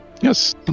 Yes